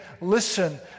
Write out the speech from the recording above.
listen